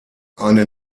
eine